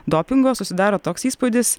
dopingo susidaro toks įspūdis